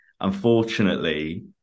unfortunately